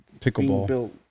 pickleball